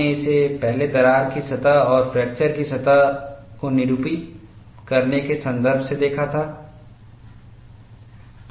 आपने इसे पहले दरार की सतह और फ्रैक्चर की सतह को निरूपित करने के संदर्भ से देखा था